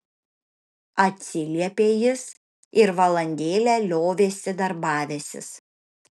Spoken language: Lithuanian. atsiliepė jis ir valandėlę liovėsi darbavęsis